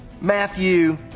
Matthew